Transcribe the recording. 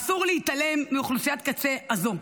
אסור להתעלם מאוכלוסיית הקצה הזו.